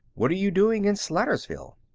what are you doing in slatersville?